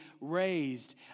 raised